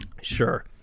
sure